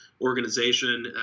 organization